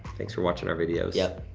thanks for watching our videos. yup.